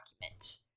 document